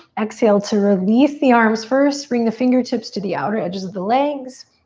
exhale to release the arms first. bring the fingertips to the outer edges of the legs.